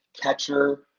Catcher